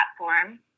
platform